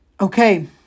okay